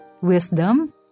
wisdom